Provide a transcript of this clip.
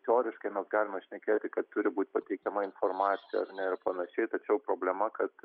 teoriškai galima šnekėti kad turi būt pateikiama informacija ir panašiai tačiau problema kad